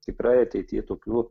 tikrai ateity tokių